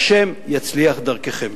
והשם יצליח דרככם.